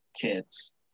kids